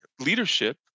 leadership